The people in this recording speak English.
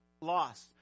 Lost